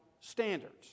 standards